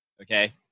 Okay